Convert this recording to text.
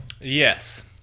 Yes